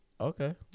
Okay